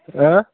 आं